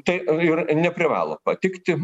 tai ir neprivalo patikti